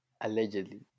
Allegedly